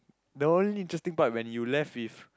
the only interesting part when you left with